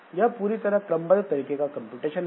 यह पूरी तरह क्रमबद्ध तरीके का कंप्यूटेशन है